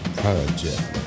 Project